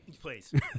Please